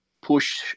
push